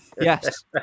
Yes